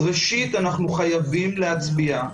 אז ראשית אנחנו חייבים להצביע,